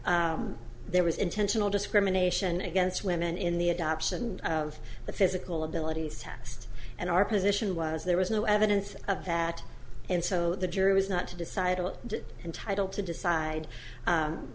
there was intentional discrimination against women in the adoption of the physical abilities test and our position was there was no evidence of that and so the jury was not to decide about it entitled to decide